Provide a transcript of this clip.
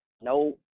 No